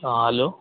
ହଁ ହ୍ୟାଲୋ